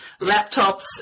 laptops